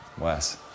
Wes